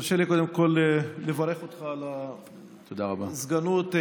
תרשה לי, קודם כול, לברך אותך על סגנות היושב-ראש.